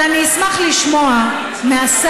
אבל אני אשמח לשמוע מהשר,